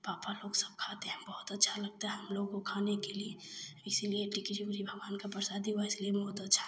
पापा लोग सब खाते हैं बहुत अच्छा लगता है हम लोग को खाने के लिए इसलिए टिकरी उकरी भगवान का प्रसादी हुआ इसलिए बहुत अच्छा